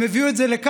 הם הביאו את זה לכאן,